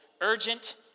urgent